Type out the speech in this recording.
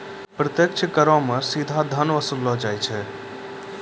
प्रत्यक्ष करो मे सीधा धन वसूललो जाय छै